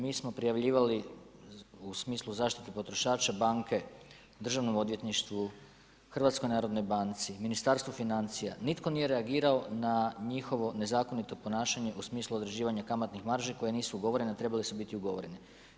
Mi smo prijavljivali, u smislu zaštite potrošača banke državnom odvjetništvu, Hrvatskoj narodnoj banci, Ministarstvu financija, nitko nije reagirao na njihovo nezakonito ponašanje, u smislu određivanje kamatnih marži, koje nisu ugovorene, a trebale su biti ugovorene.